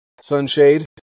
sunshade